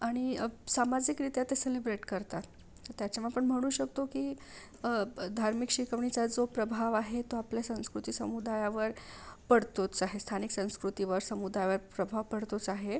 आणि अफ् सामाजिकरीत्या ते सेलिब्रेट करतात तर त्याच्यामुळं पण म्हणू शकतो की ब धार्मिक शिकवणीचा जो प्रभाव आहे तो आपल्या संस्कृती समुदायावर पडतोच आहे स्थानिक संस्कृती व समुदायात प्रभाव पडतोच आहे